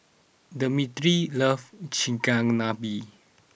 Dimitri loves Chigenabe